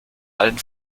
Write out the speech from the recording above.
allen